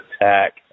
attack